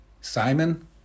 Simon